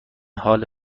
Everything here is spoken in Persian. حال